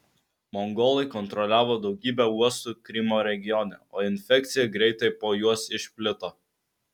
mongolai kontroliavo daugybę uostų krymo regione o infekcija greitai po juos išplito